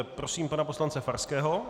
Prosím pana poslance Farského.